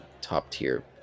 top-tier